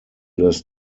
das